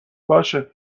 باشه